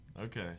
Okay